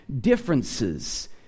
differences